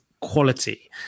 quality